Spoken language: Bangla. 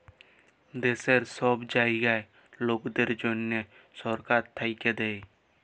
দ্যাশের ছব জয়াল লকদের জ্যনহে ছরকার থ্যাইকে দ্যায়